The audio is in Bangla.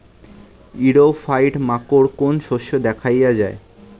ইরিও ফাইট মাকোর কোন শস্য দেখাইয়া যায়?